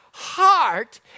heart